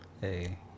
Hey